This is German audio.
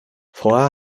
vorher